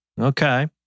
Okay